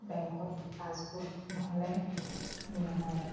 বেংকত পাছবুক নহ'লে নহয়েই